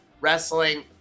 Wrestling